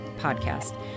Podcast